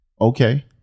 Okay